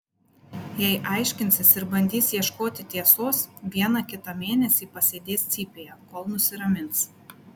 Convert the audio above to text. jei aiškinsis ir bandys ieškoti tiesos vieną kitą mėnesį pasėdės cypėje kol nusiramins